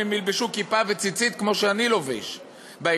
הם יחבשו כיפה וילבשו ציצית כמו שאני לובש,